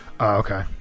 Okay